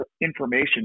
information